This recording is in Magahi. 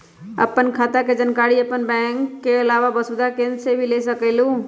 आपन खाता के जानकारी आपन बैंक के आलावा वसुधा केन्द्र से भी ले सकेलु?